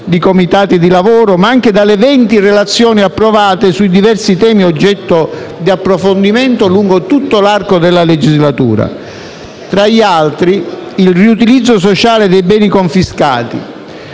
di comitati di lavoro, ma anche dalle venti relazioni approvate sui diversi temi oggetto di approfondimento lungo tutto l'arco della legislatura, tra gli altri: il riutilizzo sociale dei beni confiscati,